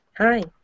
Hi